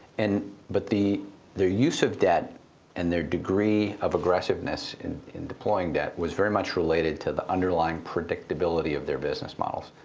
and but their use of debt and their degree of aggressiveness in in deploying debt, was very much related to the underlying predictability of their business models.